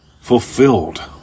fulfilled